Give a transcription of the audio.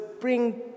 bring